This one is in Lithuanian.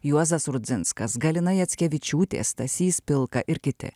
juozas rudzinskas galina jackevičiūtė stasys pilka ir kiti